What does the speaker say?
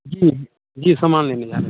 जी जी सामान लेने जा रहे